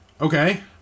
Okay